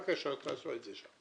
בבקשה, תעשו את זה שם.